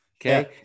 Okay